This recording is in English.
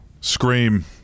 scream